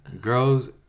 Girls